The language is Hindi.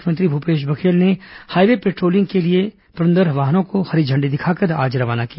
मुख्यमंत्री भूपेश बघेल ने हाईवे पेट्रोलिंग के लिए पंद्रह वाहनों को हरी झण्डी दिखाकर आज रवाना किया